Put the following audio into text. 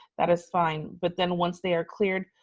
that is fine. but then once they are cleared,